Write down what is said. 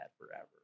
forever